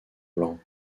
blanc